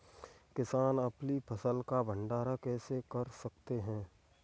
किसान अपनी फसल का भंडारण कैसे कर सकते हैं?